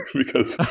because